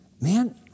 man